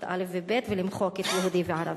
א' וב' ולמחוק את "יהודי" ו"ערבי".